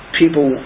people